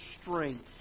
strength